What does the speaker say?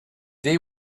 day